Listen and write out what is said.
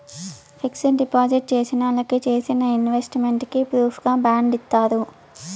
fixed deposit చేసినోళ్ళకి చేసిన investment కి ప్రూఫుగా బాండ్ ఇత్తారు